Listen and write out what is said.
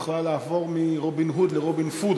יכולה לעבור מרובין הוד ל"רובין פוד",